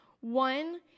One